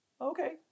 okay